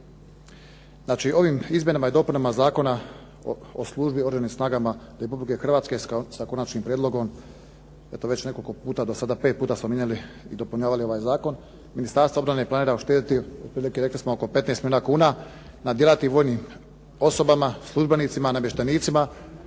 Znači, ovim izmjenama i dopunama Zakona o službi u Oružanim snagama Republike Hrvatske, sa konačnim prijedlogom, eto već nekoliko puta do sada, pet puta smo mijenjali i dopunjavali ovaj zakon, Ministarstvo obrane planira uštediti rekli smo oko 15 milijuna kuna na djelatnim vojnim osobama, službenicima, namještenicima